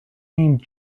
named